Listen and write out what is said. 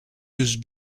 use